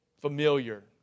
familiar